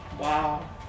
Wow